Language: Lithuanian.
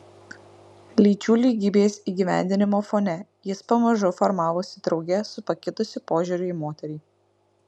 lyčių lygybės įgyvendinimo fone jis pamažu formavosi drauge su pakitusiu požiūriu į moterį